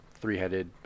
three-headed